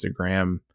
Instagram